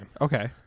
Okay